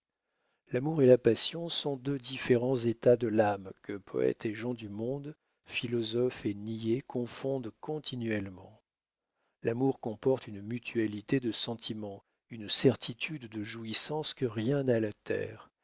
l'amour et la passion sont deux différents états de l'âme que poètes et gens du monde philosophes et niais confondent continuellement l'amour comporte une mutualité de sentiments une certitude de jouissances que rien